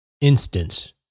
instance